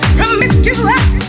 Promiscuous